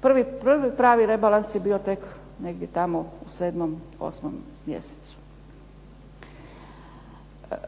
prvi pravi rebalans je bio tek negdje tamo u 7., 8. mjesecu.